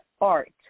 art